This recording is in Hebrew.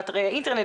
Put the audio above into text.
באתרי האינטרנט,